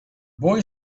boy